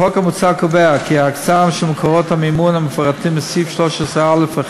החוק המוצע קובע כי ההקצאה של מקורות המימון המפורטים בסעיף 13(א)(1)